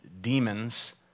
demons